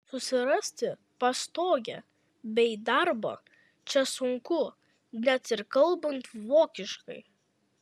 susirasti pastogę bei darbą čia sunku net ir kalbant vokiškai